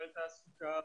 על תעסוקה,